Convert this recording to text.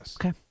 Okay